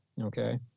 Okay